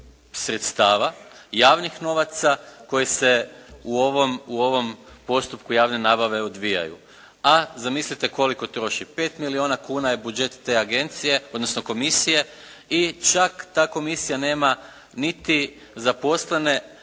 sredstava, javnih novaca koji se u ovom postupku javne nabave odvijaju. A zamislite koliko troši, 5 milijuna kuna je budžet te agencije odnosno komisije i čak ta komisija nema niti zaposlene